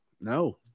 no